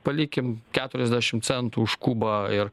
palikim keturiasdešim centų už kubą ir